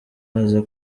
aza